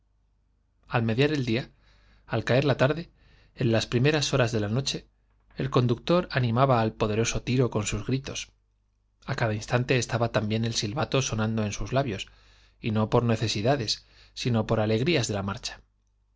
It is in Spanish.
al mediar el día al caer la tarde en las primeras horas d la noche el conductor animaba al poderoso tiro con sus gritos á cada instante estaba también el silbato sonando en sus labios y no por necesidades sino por alegrías de la marcha